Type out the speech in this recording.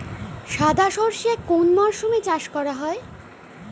সাদা সর্ষে কোন মরশুমে চাষ করা হয়?